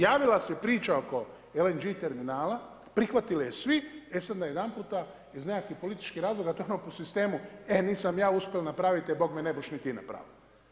Javila se priča oko LNG-a terminala, prihvatili je svi, e sad najedanput iz nekakvih političkih razloga, to je ono po sistemu e nisam ja uspio napraviti, bogme ne bu'š ni ti napravil'